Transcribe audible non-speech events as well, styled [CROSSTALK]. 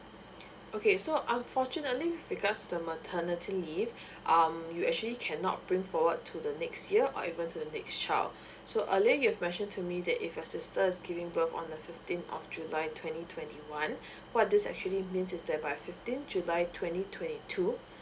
okay so unfortunately regards the maternity leave [BREATH] um you actually cannot bring forward to the next year or even to the next child [BREATH] so earlier your question to me that if your sister is giving birth on the fifteen of july twenty twenty one [BREATH] what this actually means is that by fifteenth july twenty twenty two